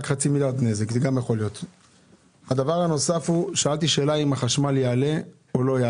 דבר נוסף, שאלתי האם החשמל יעלה או לא.